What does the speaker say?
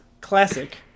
classic